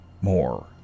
more